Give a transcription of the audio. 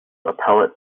appellate